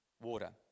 water